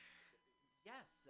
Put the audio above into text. yes